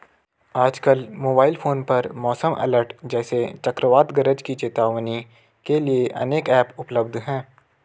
आजकल mobile phone पर मौसम अलर्ट जैसे चक्रवात गरज की चेतावनी के लिए अनेक ऐप उपलब्ध है